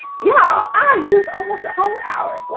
yeah, i used almost a whole hour but